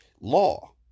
law